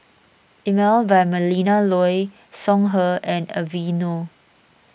Emel by Melinda Looi Songhe and Aveeno